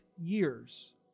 years